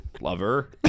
lover